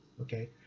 Okay